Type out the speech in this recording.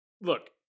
Look